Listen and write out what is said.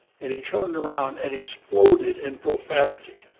and he turned around and exploded in profanity,